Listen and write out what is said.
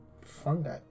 fungi